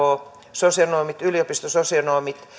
sosionomit sosionomit